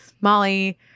Molly